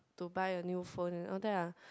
to buy a new phone all that ah